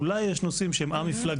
אולי יש נושאים שהם א-מפלגתיים.